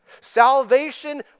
Salvation